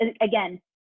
again